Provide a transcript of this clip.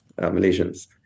Malaysians